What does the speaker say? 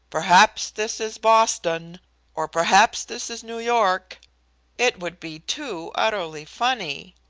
perhaps this is boston or perhaps this is new york it would be too utterly funny.